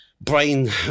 brain